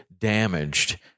damaged